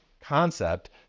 concept